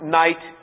night